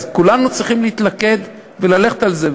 אז כולנו צריכים להתלכד וללכת על זה,